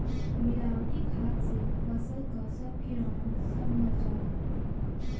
मिलावटी खाद से फसल क सब किरौना सब मर जाला